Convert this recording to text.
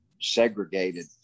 segregated